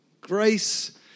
Grace